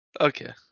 Okay